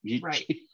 Right